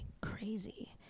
crazy